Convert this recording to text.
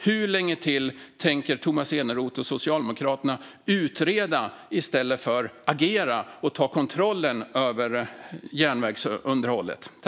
Hur länge till tänker Tomas Eneroth och Socialdemokraterna utreda i stället för att agera och ta kontrollen över järnvägsunderhållet?